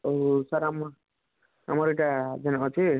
ଆଉ ସାର୍ ଆମର୍ ଆମର୍ ଇ'ଟା ଯେନ୍ ଅଛେ